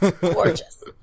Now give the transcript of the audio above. Gorgeous